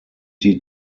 die